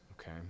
okay